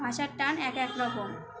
ভাষার টান এক এক রকম